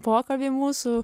pokalbį mūsų